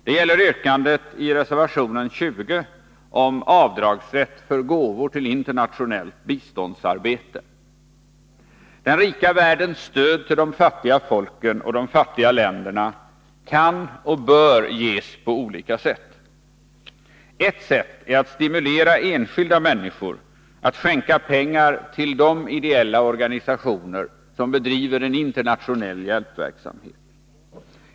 Det gäller yrkandet i reservation 20 om avdragsrätt för gåvor till internationellt biståndsarbete. Den rika världens stöd till de fattiga folken och de fattiga länderna kan och bör ges på olika sätt. Ett sätt är att stimulera enskilda människor att skänka pengar till de ideella organisationer som bedriver internationell hjälpverksamhet.